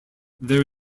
there